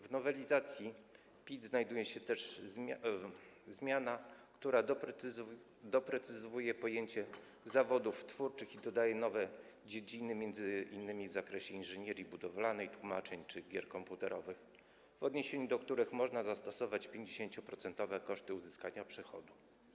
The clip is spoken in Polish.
W nowelizacji ustawy o PIT znajduje się też zmiana, która doprecyzowuje pojęcie zawodów twórczych i dodaje nowe dziedziny, m.in. w zakresie inżynierii budowlanej, tłumaczeń czy gier komputerowych, w odniesieniu do których można zastosować 50-procentowe koszty uzyskania przychodu.